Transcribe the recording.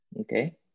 Okay